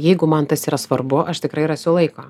jeigu man tas yra svarbu aš tikrai rasiu laiko